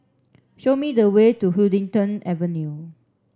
show me the way to Huddington Avenue